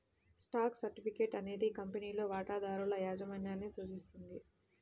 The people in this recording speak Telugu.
స్టాక్ సర్టిఫికేట్ అనేది కంపెనీలో వాటాదారుల యాజమాన్యాన్ని సూచిస్తుంది